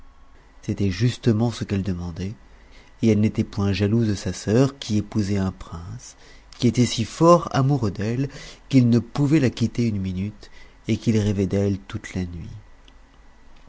c'était justement ce qu'elle demandait et elle n'était point jalouse de sa sœur qui épousait un prince qui était si fort amoureux d'elle qu'il ne pouvait la quitter une minute et qu'il rêvait d'elle toute la nuit